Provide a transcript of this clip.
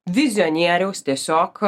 vizionieriaus tiesiog